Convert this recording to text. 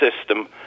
system